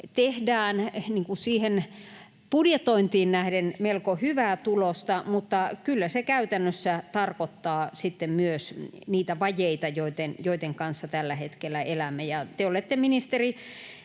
tehdään siihen budjetointiin nähden melko hyvää tulosta, mutta kyllä se käytännössä tarkoittaa sitten myös niitä vajeita, joiden kanssa tällä hetkellä elämme. Te olette, ministeri,